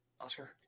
Oscar